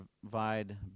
provide